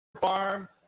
Farm